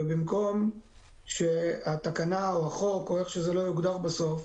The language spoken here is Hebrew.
ובמקום שהתקנה או החוק או איך שזה יוגדר בסוף